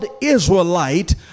Israelite